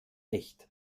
echt